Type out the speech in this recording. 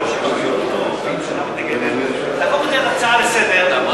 תהפוך את זה להצעה לסדר-היום,